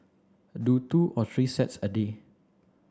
do two or three sets a day